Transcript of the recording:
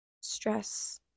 stress